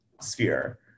sphere